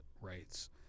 rights